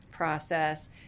process